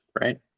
right